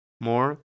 more